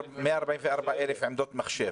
ל-144,000 עמדות מחשב.